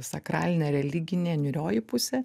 sakralinė religinė niūrioji pusė